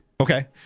Okay